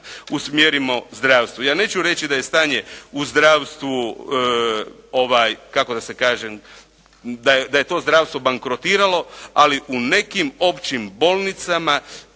usmjerimo zdravstvu. Ja neću reći da je stanje u zdravstvu, da je to zdravstvo bankrotiralo, ali u nekim općim bolnicama